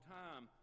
time